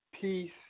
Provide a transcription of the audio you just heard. peace